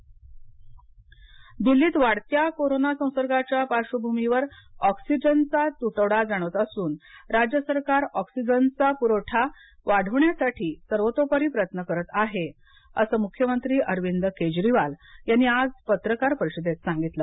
केजरीवाल दिल्लीत वाढत्या कोरोना संसर्गाच्या पार्श्वभूमीवर ऑक्सिजनचा तुटवडा जाणवत असून राज्य सरकार ऑक्सिजनचा पुरवठा वाढवण्यासाठी सर्वतोपरी प्रयत्न करत आहे असं मुख्यमंत्री अरविंद केजरीवाल यांनी आज पत्रकार परिषदेत सांगितल